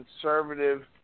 conservative